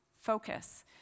Focus